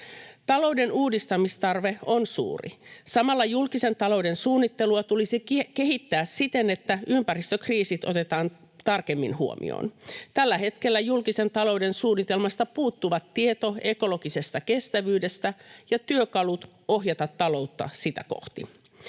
Talouden uudistamistarve on suuri. Samalla julkisen talouden suunnittelua tulisi kehittää siten, että ympäristökriisit otetaan tarkemmin huomioon. Tällä hetkellä julkisen talouden suunnitelmasta puuttuvat tieto ekologisesta kestävyydestä ja työkalut ohjata taloutta sitä kohti.